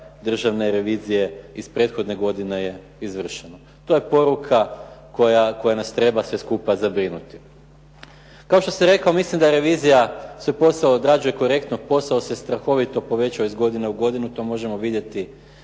Državne revizije iz prethodne godine je izvršeno. To je poruka koja nas treba sve skupa zabrinuti. Kao što sam rekao mislim da je revizija, svoj posao odrađuje korektno. Posao se strahovito povećao iz godine u godinu, to možemo vidjeti